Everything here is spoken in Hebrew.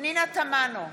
פנינה תמנו,